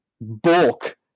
bulk